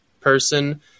person